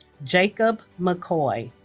jacob mccoy